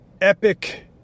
epic